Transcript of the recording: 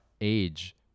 age